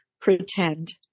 pretend